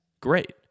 great